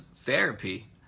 therapy